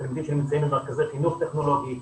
תלמידים שנמצאים במרכזי חינוך טכנולוגי,